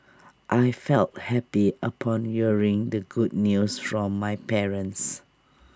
I felt happy upon hearing the good news from my parents